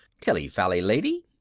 tilly fally, lady!